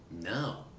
No